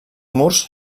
murs